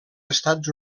estats